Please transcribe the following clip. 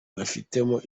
bifitemo